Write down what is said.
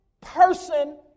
person